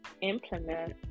implement